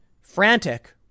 frantic